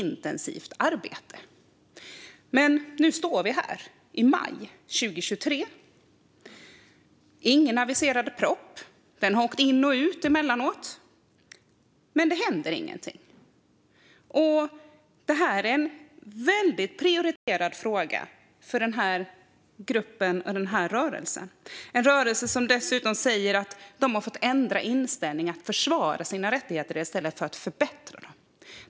Nu står vi dock här i maj 2023 utan den aviserade propositionen. Den har åkt in och ut på listan, men ingenting händer. Frågan är väldigt prioriterad för denna grupp och för den här rörelsen. De säger dessutom att de har fått ändra sin inriktning att förbättra sina rättigheter till att i stället behöva försvara dem.